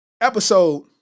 episode